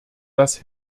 dass